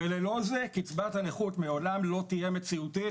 וללא זה קצבת הנכות מעולם לא תהיה מציאותית